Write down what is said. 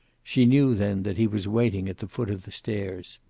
she knew then that he was waiting at the foot of the stairs.